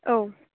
औ